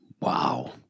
Wow